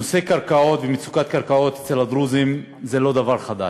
נושא הקרקעות ומצוקת קרקעות אצל הדרוזים הוא לא דבר חדש.